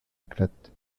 éclate